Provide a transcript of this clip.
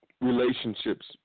relationships